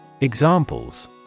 Examples